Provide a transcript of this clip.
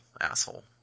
asshole